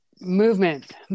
movement